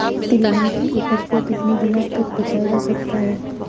तिलहन की उपज को कितनी दिनों तक बचाया जा सकता है?